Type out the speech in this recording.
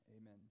Amen